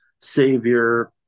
Savior